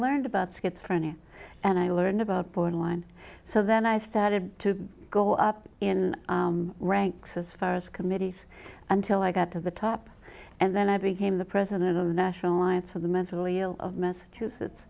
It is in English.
learned about schizophrenia and i learned about borderline so then i started to go up in ranks as far as committees until i got to the top and then i became the president of the national alliance for the mentally ill of massachusetts